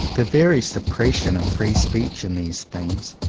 the very suppression of free speech in these things,